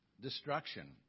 destruction